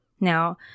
Now